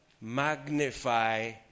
magnify